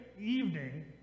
evening